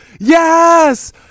Yes